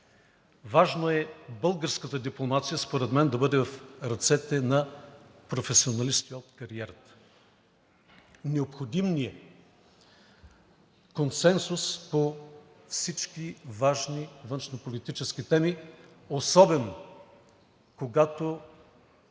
мен българската дипломация да бъде в ръцете на професионалисти от кариерата. Необходим ни е консенсус по всички важни външнополитически теми особено когато